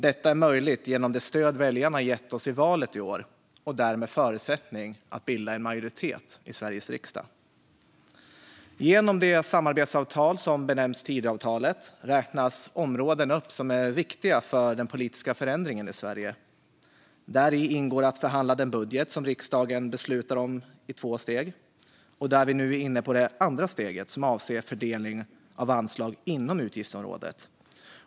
Detta är möjligt genom det stöd väljarna har gett oss i valet i år och därmed förutsättning att bilda en majoritet i Sveriges riksdag. Genom det samarbetsavtal som benämns Tidöavtalet räknas områden upp som är viktiga för den politiska förändringen i Sverige. Däri ingår att förhandla den budget som riksdagen beslutar om i två steg. Vi är nu inne på det andra steget, som avser fördelning av anslag inom utgiftsområdet.